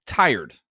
tired